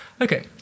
Okay